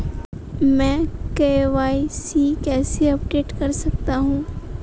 मैं के.वाई.सी कैसे अपडेट कर सकता हूं?